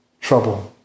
trouble